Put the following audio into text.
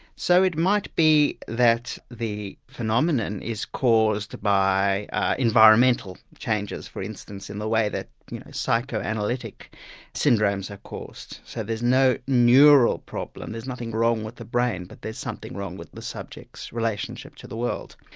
so it might be that the phenomenon is caused by environmental changes for instance, in the way that you know psychoanalytic syndromes are caused. so there's no neural problem, there's nothing wrong with the brain, but there's something wrong with the subject's relationship to the world.